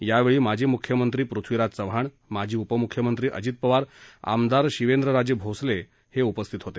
यावेळी माजी म्ख्यमंत्री पृथ्वीराज चव्हाण माजी उपम्ख्यमंत्री अजित पवार आमदार शिवेंद्रराजे भोसले आदी उपस्थित होते